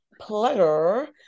pleasure